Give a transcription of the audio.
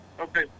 Okay